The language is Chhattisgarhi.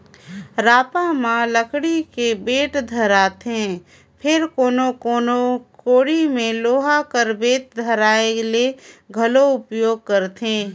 रापा म लकड़ी के बेठ धराएथे फेर कोनो कोनो कोड़ी मे लोहा कर बेठ धराए के घलो उपियोग करथे